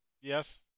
Yes